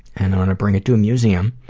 and i'm going to bring it to a museum,